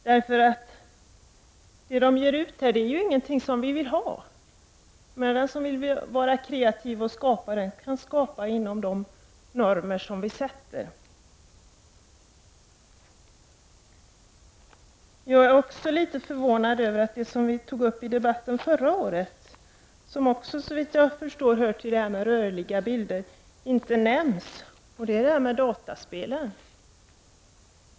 Det som de ger ut är ingenting som vi vill ha. Den som vill vara kreativ och skapa kan göra det inom de normer som sätts upp. Jag är också litet förvånad över att det som togs upp i debatten förra året, som också hör till frågan om rörliga bilder, inte nämns här, och det är dataspelen.